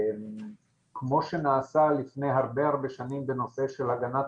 כמו שנעשה לפני הרבה שנים בנושא של הגנת